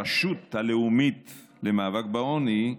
הרשות הלאומית למאבק בעוני,